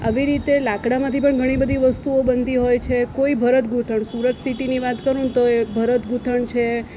આવી રીતે લાકડામાંથી પણ ઘણી બઘી વસ્તુઓ બનતી હોય છે કોઈ ભરત ગૂંથણ સુરત સીટીની વાત કરું ને તો એ ભરત ગૂંથણ છે